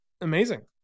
amazing